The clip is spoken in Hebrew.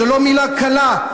זו לא מילה קלה,